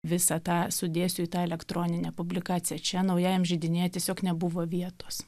visą tą sudėsiu į tą elektroninę publikaciją čia naujajam židinyje tiesiog nebuvo vietos